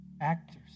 actors